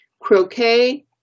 croquet